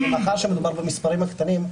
מאחר שמדובר במספרים קטנים,